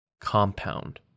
Compound